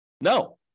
No